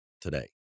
today